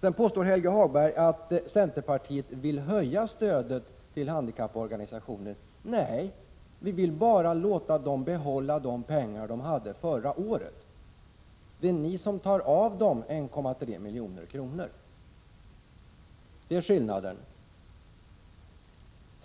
Sedan påstår Helge Hagberg att centerpartiet vill höja stödet till handikapporganisationerna. Nej, vi vill bara låta dem behålla de pengar de hade förra året. Det är ni som tar ifrån dem 1,3 milj.kr. — det är skillnaden.